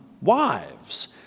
wives